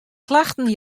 klachten